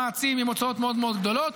עצים עם הוצאות מאוד מאוד גדולות,